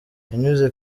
yanyuze